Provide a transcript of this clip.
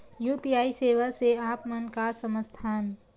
UPI सेवा से आप मन का समझ थान?